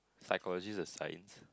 psychology is a science